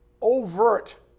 overt